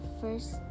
first